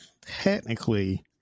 technically